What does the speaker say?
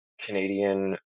Canadian